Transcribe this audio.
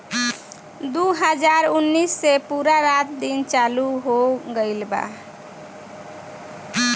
दु हाजार उन्नीस से पूरा रात दिन चालू हो गइल बा